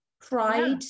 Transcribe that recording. pride